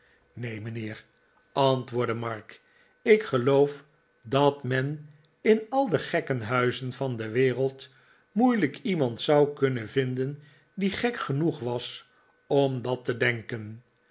neen mijnheer antwoordde mark ik geloof dat men in al de gekkenhuizen van de wereld moeilijk iemand zou kunnen vinden die gek genoeg wasom dat te denken